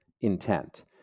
intent